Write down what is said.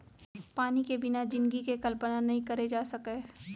पानी के बिना जिनगी के कल्पना नइ करे जा सकय